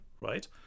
right